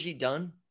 done